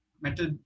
metal